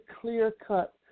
clear-cut